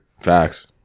Facts